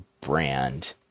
brand